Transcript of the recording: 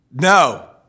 No